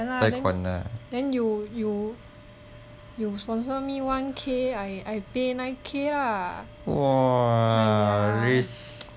yeah lah then then you you you sponsor me one K I pay nine K lah !aiya!